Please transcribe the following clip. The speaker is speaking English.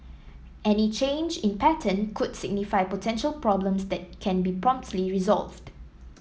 any change in pattern could signify potential problems that can be promptly resolved